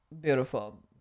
beautiful